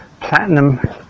Platinum